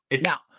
now